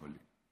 לפולין?